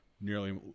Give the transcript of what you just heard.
nearly